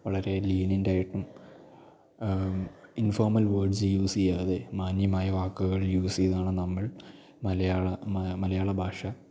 വളരെ ലീനിയൻറ്റായിട്ടും informal words use ചെയ്യാതെ മാന്യമായ വാക്കുകൾ യൂസ് ചെയ്താണ് നമ്മൾ മലയാള മലയാള ഭാഷ